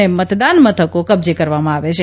અને મતદાનમથકો કબજે કરવામાં આવે છે